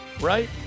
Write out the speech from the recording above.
Right